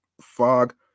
fog